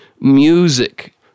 music